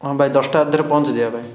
ହଁ ଭାଇ ଦଶଟା ରାତିରେ ପହଞ୍ଚିଯିବା